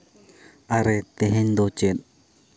ᱟᱨᱮ ᱛᱮᱦᱮᱧ ᱫᱚ ᱪᱮᱫ